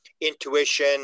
intuition